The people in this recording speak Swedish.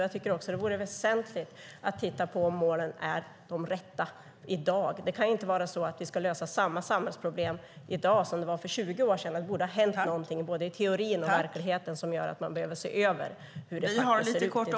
Jag tycker också att det vore väsentligt att titta på om målen är de rätta i dag. Det kan inte vara så att vi ska lösa samma samhällsproblem i dag som de som fanns för 20 år sedan. Det borde ha hänt någonting både i teorin och i verkligheten som gör att man behöver se över detta.